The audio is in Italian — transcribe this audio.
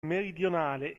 meridionale